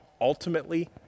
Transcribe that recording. ultimately